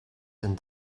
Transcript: done